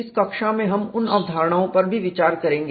इस कक्षा में हम उन अवधारणाओं पर भी विचार करेंगे